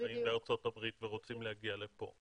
שגרים בארצות-הברית ורוצים להגיע לפה.